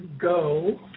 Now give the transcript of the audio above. go